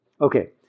Okay